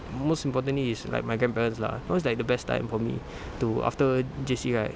most importantly is like my grandparents lah now is like the best time for me to after J_C right